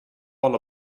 all